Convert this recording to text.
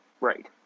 Right